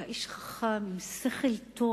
הוא היה איש חכם עם שכל טוב,